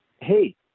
hey